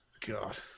God